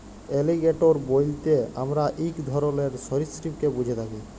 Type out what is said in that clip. alligator বইলতে আমরা ইক ধরলের সরীসৃপকে ব্যুঝে থ্যাকি